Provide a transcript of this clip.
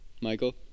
Michael